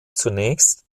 zunächst